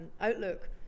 outlook